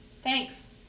Thanks